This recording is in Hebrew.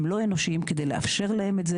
הם לא אנושיים כדי לאפשר להם את זה,